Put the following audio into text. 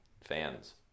fans